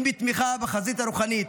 אם בתמיכה בחזית הרוחנית,